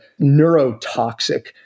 neurotoxic